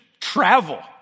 travel